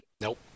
Nope